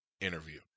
interview